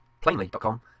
Plainly.com